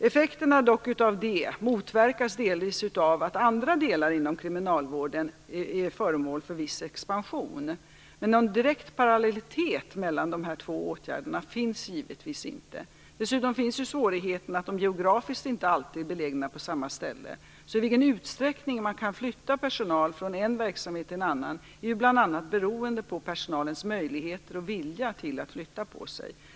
Effekterna av detta motverkas dock delvis av att andra delar inom kriminalvården är föremål för viss expansion, men någon direkt parallellitet mellan de två åtgärderna finns givetvis inte. Dessutom är ju svårigheten att de geografiskt inte alltid är belägna på samma ställe. I vilken utsträckning man kan flytta personal från en verksamhet till en annan är ju bl.a. beroende på personalens möjligheter och vilja att flytta på sig.